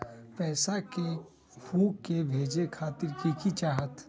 पैसा के हु के भेजे खातीर की की चाहत?